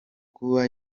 kuba